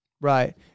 Right